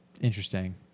Interesting